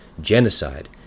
genocide